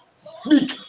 speak